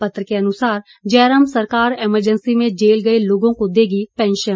पत्र के अनुसार जयराम सरकार एमरजेंसी में जेल गए लोगों को देगी पैंशन